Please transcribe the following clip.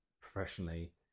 professionally